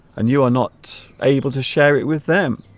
and you are not able to share it with them